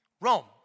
Rome